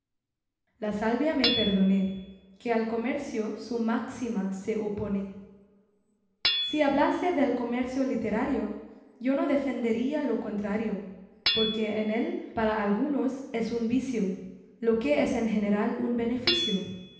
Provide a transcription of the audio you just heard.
la salvia me perdone que al comercio su máxima se opone si hablase del comercio literario yo no defendería lo contrario porque en él para algunos es un vicio lo que es en general un beneficio